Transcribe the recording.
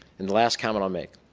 and last comment i'll make.